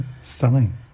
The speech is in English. Stunning